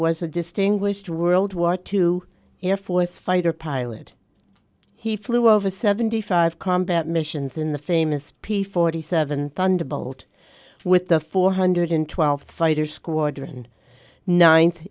was a distinguished world war two air force fighter pilot he flew over seventy five combat missions in the famous p forty seven thunderbolt with the four hundred twelfth fighter squadron ninth